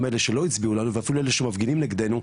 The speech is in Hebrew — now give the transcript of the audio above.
אלה שלא הצביעו לנו ואפילו אלה שמפגינים נגדנו,